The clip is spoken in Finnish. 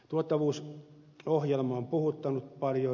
tuottavuusohjelma on puhuttanut paljon